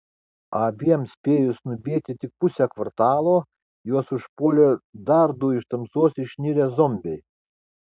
abiem spėjus nubėgti tik pusę kvartalo juos užpuolė dar du iš tamsos išnirę zombiai